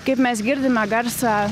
kaip mes girdime garsą